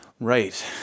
Right